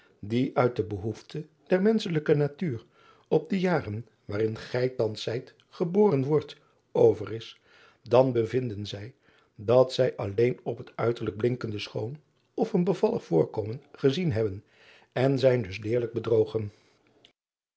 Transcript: die uit de behoefte der menschelijke natuur op de jaren waarin gij thans zijt geboren wordt over is dan bevinden zij dat zij alleen op het uiterlijk blinkende schoon of een bevallig voorkomen gezien hebben en zijn dus deerlijk bedrogen